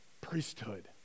priesthood